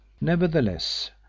nevertheless